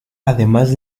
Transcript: además